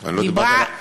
אני לא דיברתי על,